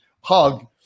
hug